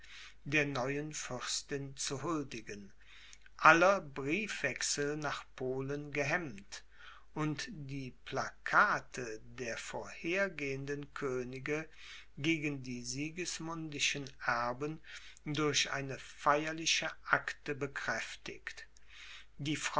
der neuen fürstin zu huldigen aller briefwechsel nach polen gehemmt und die plakate der vorhergehenden könige gegen die sigismundischen erben durch eine feierliche akte bekräftigt